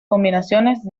combinaciones